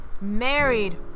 married